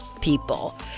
people